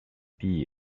tea